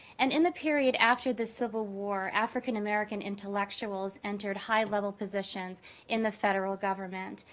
and in the period after the civil war, african american intellectuals entered high-level positions in the federal government,